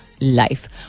life